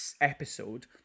episode